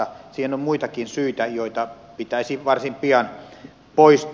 siihen on muitakin syitä joita pitäisi varsin pian poistaa